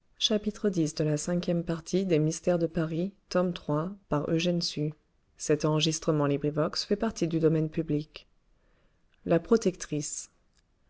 de sa protectrice